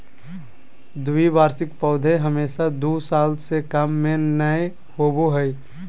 द्विवार्षिक पौधे हमेशा दू साल से कम में नयय होबो हइ